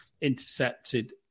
intercepted